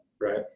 right